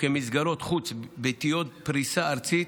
וכמסגרות חוץ-ביתיות בפריסה ארצית,